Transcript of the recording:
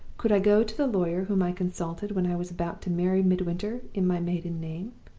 could i go to the lawyer whom i consulted when i was about to marry midwinter in my maiden name?